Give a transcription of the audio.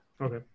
Okay